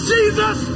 Jesus